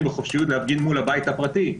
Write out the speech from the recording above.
להפגין בחופשיות מול הבית הפרטי,